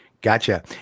Gotcha